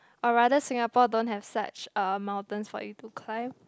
or rather Singapore don't have such mountain for you to climb